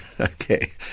Okay